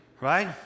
Right